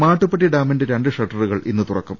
മാട്ടുപ്പെട്ടി ഡാമിന്റെ രണ്ട് ഷട്ടറുകൾ ഇന്ന് തുറക്കും